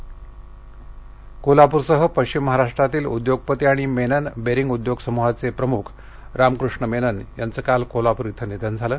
कोल्हापर कोल्हाप्रसह पश्चिम महाराष्ट्रातील उद्योगपती आणि मेनन बेरिंग उद्योग समूहाचे प्रमुख राम कृष्ण मेनन यांचं काल कोल्हापूर निधन झाले